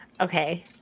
Okay